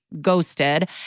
Ghosted